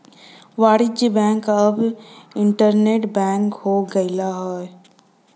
वाणिज्य बैंक अब internet bank हो गयल हौ